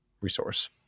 resource